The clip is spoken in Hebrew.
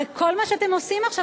הרי כל מה שאתם עושים עכשיו,